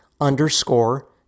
underscore